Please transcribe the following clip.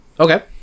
okay